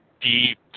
deep